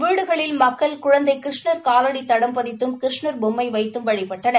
வீடுகளில் மக்கள் குழந்தை கிருஷ்ணர் காலடி தடம் பதித்தும் கிருஷ்ணர் பொம்மை வைத்தும் வழிபட்டனர்